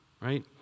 right